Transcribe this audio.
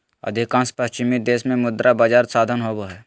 अधिकांश पश्चिमी देश में मुद्रा बजार साधन होबा हइ